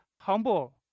humble